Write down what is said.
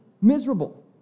miserable